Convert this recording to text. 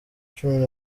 cumi